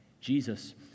Jesus